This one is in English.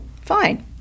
Fine